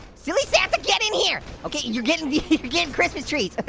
silly santa, but get in here. okay, you're gettin' you're gettin' christmas trees.